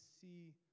see